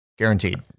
Guaranteed